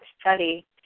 study